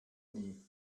nie